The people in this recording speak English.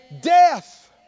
death